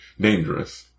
dangerous